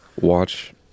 watch